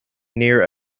near